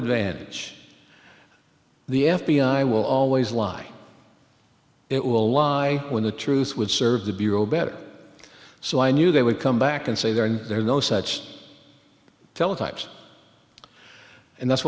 advantage the f b i will always lie it will lie when the truth would serve the bureau better so i knew they would come back and say they are in there no such teletypes and that's